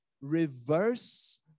reverse